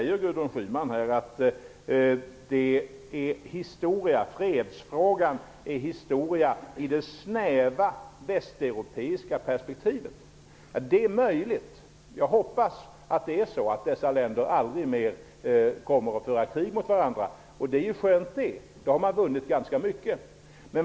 Gudrun Schyman säger att fredsfrågan är historia i det snäva västeuropeiska perspektivet. Det är möjligt. Jag hoppas att det är så att dessa länder aldrig mer kommer att föra krig mot varandra. Det är ju skönt det. Då har man vunnit ganska mycket.